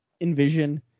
envision